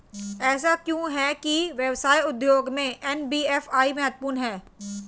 ऐसा क्यों है कि व्यवसाय उद्योग में एन.बी.एफ.आई महत्वपूर्ण है?